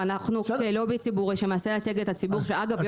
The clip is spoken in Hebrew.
ואנחנו כלובי ציבורי שמנסה לייצג את הציבור ואגב,